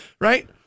Right